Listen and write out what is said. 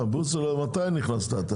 בוסו, מתי נכנסת?